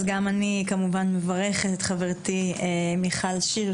גם אני כמובן מברכת את חברתי מיכל שיר,